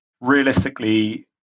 realistically